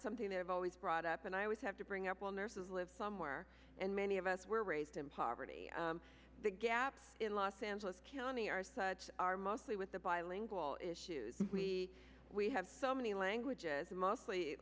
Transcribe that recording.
something that i've always brought up and i always have to bring up well nurses live somewhere and many of us were raised in poverty the gaps in los angeles county are such are mostly with the bilingual issues we we have so many languages mostly